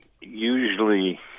usually